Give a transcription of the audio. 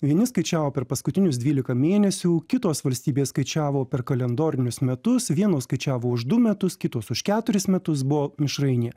vieni skaičiavo per paskutinius dvylika mėnesių kitos valstybės skaičiavo per kalendorinius metus vienos skaičiavo už du metus kitos už keturis metus buvo mišrainė